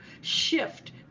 shift